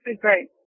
Great